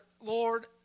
Lord